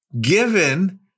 given